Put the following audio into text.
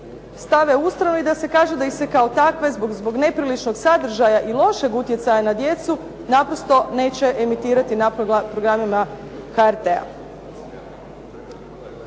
stave ustranu i da se kaže da ih se kao takve zbog nepriličnog sadržaja i lošeg utjecaja na djecu naprosto neće emitirati na programima HRT-a.